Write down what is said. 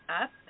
up